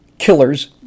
killers